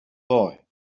boy